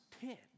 pit